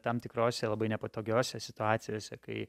tam tikrose labai nepatogiose situacijose kai